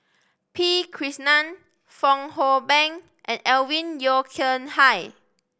P Krishnan Fong Hoe Beng and Alvin Yeo Khirn Hai